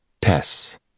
Tess